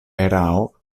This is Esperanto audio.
erao